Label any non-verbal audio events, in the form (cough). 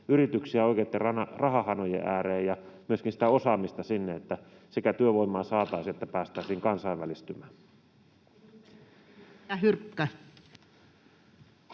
yrityksiä oikeitten rahahanojen ääreen ja myöskin sitä osaamista sinne, (noise) että sekä työvoimaa saataisiin että päästäisiin kansainvälistymään? [Speech